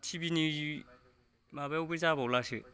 टिभिनि माबायावबो जाबावलासो